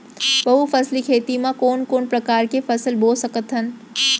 बहुफसली खेती मा कोन कोन प्रकार के फसल बो सकत हन?